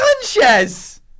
Sanchez